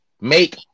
Make